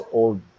old